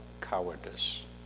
cowardice